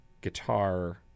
guitar